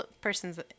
person's